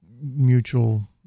mutual